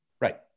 Right